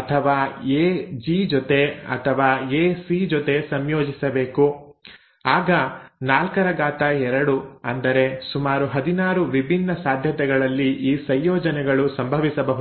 ಅಥವಾ A G ಜೊತೆ ಅಥವಾ ಎ ಸಿ ಜೊತೆ ಸಂಯೋಜಿಸಬಹುದು ಆಗ 42 ಅಂದರೆ ಸುಮಾರು 16 ವಿಭಿನ್ನ ಸಾಧ್ಯತೆಗಳಲ್ಲಿ ಈ ಸಂಯೋಜನೆಗಳು ಸಂಭವಿಸಬಹುದು